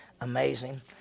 amazing